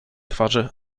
twarzy